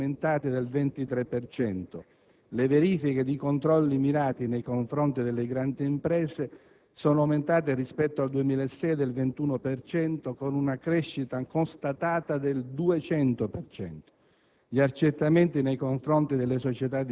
la riscossione diversa dai ruoli è aumentata del 23 per cento; le verifiche ed i controlli mirati nei confronti delle grandi imprese sono aumentati rispetto al 2006 del 21 per cento, con una crescita constatata del 200